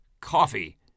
Coffee